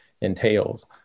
entails